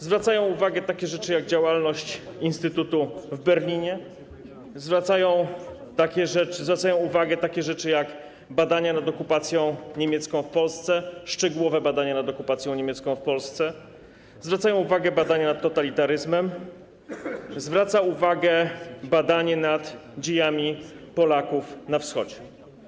Zwracają uwagę takie rzeczy jak działalność instytutu w Berlinie, zwracają uwagę takie rzeczy jak badania nad okupacją niemiecką w Polsce, szczegółowe badania nad okupacją niemiecką w Polsce, zwracają uwagę badania nad totalitaryzmem, zwraca uwagę badanie nad dziejami Polaków na Wschodzie.